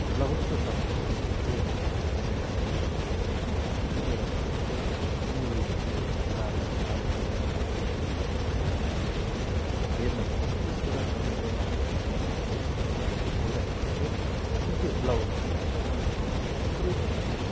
ब्लाउजको चलन चाहिँ पहिला थिएन अरे भनेर हामीहरूले देख्न कतिवटा तपाईँको मुभिजहरू है पुरानो पुरानो तपाईँको डकुमेन्टरीहरूतिर पनि हामीहरूले हेर्न पाइन्छ कि यो कुरालाई हामीहरूले राम्रोसित संसोधन गरेर हेर्दाखेरि चाहिँ जुन चाहिँ ब्लाउज लगाउने चलन चाहिँ अङ्ग्रेजहरूको